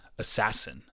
Assassin